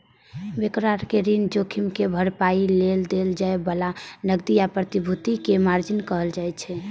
broker कें ऋण जोखिम के भरपाइ लेल देल जाए बला नकदी या प्रतिभूति कें मार्जिन कहल जाइ छै